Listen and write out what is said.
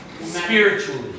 spiritually